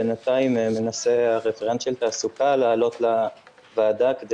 בינתיים מנסה הרפרנט של תעסוקה לעלות לוועדה כדי